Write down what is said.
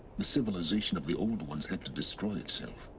the civilization of the old ones had to destroy itself